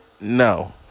no